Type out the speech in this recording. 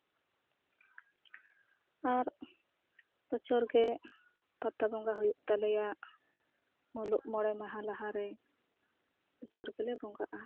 ᱟᱨ ᱵᱚᱪᱷᱚᱨ ᱜᱮ ᱯᱟᱛᱟ ᱵᱚᱸᱜᱟ ᱦᱩᱭᱩᱜ ᱛᱟᱞᱮᱭᱟ ᱢᱩᱞᱩᱜ ᱢᱚᱬᱮ ᱢᱟᱦᱟ ᱞᱟᱦᱟ ᱨᱮ ᱵᱚᱪᱷᱚᱨ ᱜᱮᱞᱮ ᱵᱚᱸᱜᱟᱜᱼᱟ